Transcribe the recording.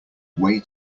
way